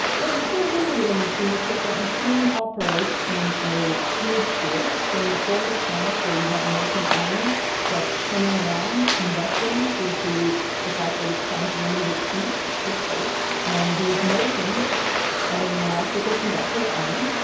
it sort of is a little machine except that machine operates in a fluid sphere. so in the cores of planets where you have molten iron that's churning around, convecting due to the fact that it's trying to remove its heat to space, and these motions are in an electrical conductor, iron,